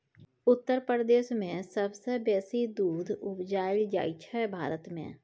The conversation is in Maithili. उत्तर प्रदेश मे सबसँ बेसी दुध उपजाएल जाइ छै भारत मे